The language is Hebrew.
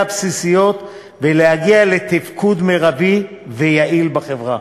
הבסיסיות ולהגיע לתפקוד מרבי ויעיל בחברה.